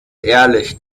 ehrlich